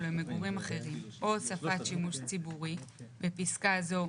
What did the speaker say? למגורים אחרים או הוספת שימוש ציבורי (בפסקה זו,